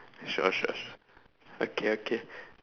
sure sure sure okay okay